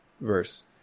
verse